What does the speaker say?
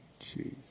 Jeez